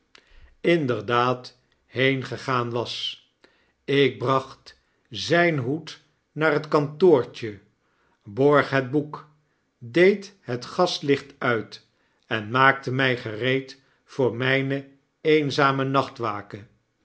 heengegaan was ik bracht zijn hoed naar het kantoortje borg het boek cfeed het gaslicht uit en maakte mij gereed voor mijne eenzame nachtwake